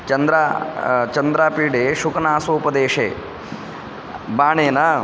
चन्द्रा चन्द्रापीडे शुकनासोपदेशे बाणेन